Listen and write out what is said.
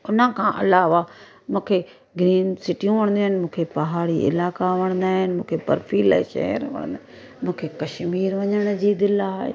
उन खां अलावा मूंखे ग्रीन सिटियूं वणंदियू इन मूंखे पहाड़ी इलाइका वणंदा आहिनि मूंखे बर्फिला शहर वणंदा आहिनि मूंखे कश्मिर वञण जी दिलि आहे